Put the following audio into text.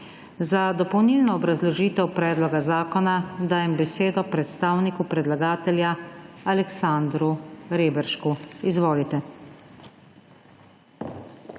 Za dopolnilno obrazložitev predloga zakona dajem besedo predstavniku predlagatelju, poslancu Aleksandru Reberšku. Izvolite.